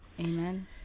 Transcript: Amen